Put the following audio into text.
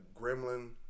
gremlin